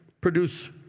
produce